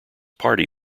party